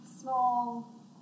small